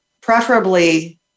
preferably